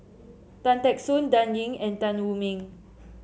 Tan Teck Soon Dan Ying and Tan Wu Meng